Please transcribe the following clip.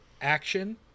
action